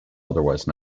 otherwise